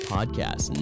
Podcast